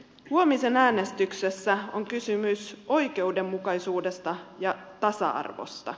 huomisen äänestyksessä on kysymys oikeudenmukaisuudesta ja tasa arvosta